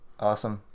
Awesome